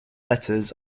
letters